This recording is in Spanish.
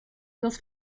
los